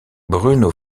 bruno